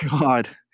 God